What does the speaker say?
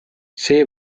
see